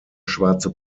schwarze